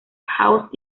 hawks